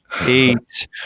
eight